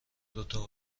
دوتا